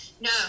no